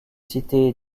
citer